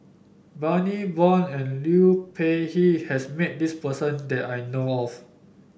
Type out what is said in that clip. Bani Buang and Liu Peihe has met this person that I know of